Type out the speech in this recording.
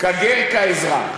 "כגר כאזרח".